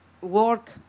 work